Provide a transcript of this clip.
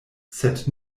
sed